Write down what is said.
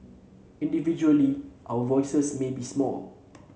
individually our voices may be small